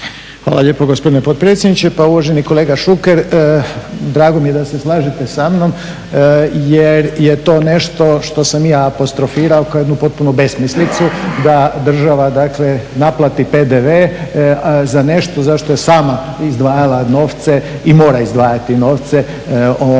Hvala lijepo gospodine potpredsjedniče. Pa uvaženi kolega Šuker, drago mi je da se slažete samnom jer je to nešto što sam i ja apostrofirao kao jednu potpunu besmislicu da država dakle naplati PDV za nešto za što je sama izdvajala novce i mora izdvajati novce u